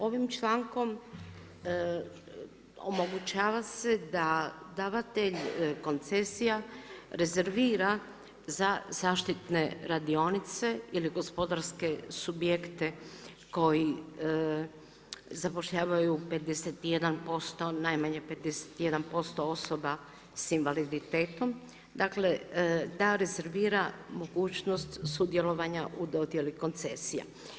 Ovim člankom omogućava se da davatelj koncesija rezervira za zaštitne radionice ili gospodarske subjekte koji zapošljavaju 51%, najmanje 51% osoba s invaliditetom dakle da rezervira mogućnost sudjelovanja u dodjeli koncesija.